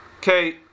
Okay